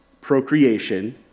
procreation